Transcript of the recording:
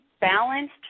balanced